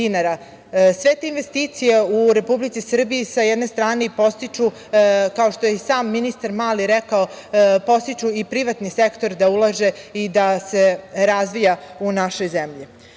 sve te investicije u Republici Srbiji sa jedne strane podstiču kao što je i sam ministar Mali rekao, podstiču i privatni sektor da ulaže i da se razvija u našoj zemlji. Ako